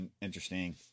interesting